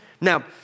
Now